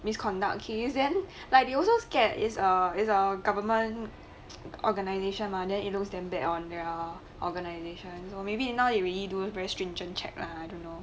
misconduct case then like they also scared is err is our government organization mah then you know standard on their organizations or maybe you know they really doing very stringent check lah I don't know